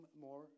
more